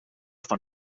van